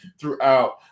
throughout